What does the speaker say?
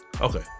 Okay